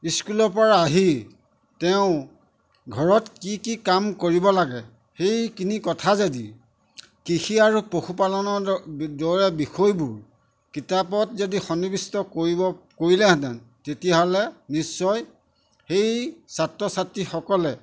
স্কুলৰ পৰা আহি তেওঁ ঘৰত কি কি কাম কৰিব লাগে সেইখিনি কথা যদি কৃষি আৰু পশুপালনৰ দৰে বিষয়বোৰ কিতাপত যদি সন্নিৱিষ্ট কৰিব কৰিলেহেঁতেন তেতিয়াহ'লে নিশ্চয় সেই ছাত্ৰ ছাত্ৰীসকলে